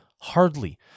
Hardly